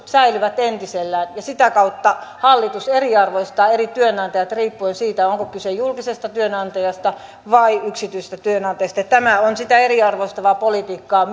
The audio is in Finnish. säilyvät entisellään sitä kautta hallitus eriarvoistaa eri työnantajat riippuen siitä onko kyse julkisesta työnantajasta vai yksityisistä työnantajista tämä on hallitukselta myös sitä eriarvoistavaa politiikkaa